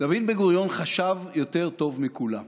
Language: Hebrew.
דוד בן-גוריון חשב יותר טוב מכולם.